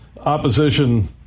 Opposition